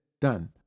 Done